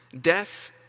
Death